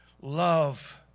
Love